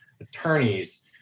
attorneys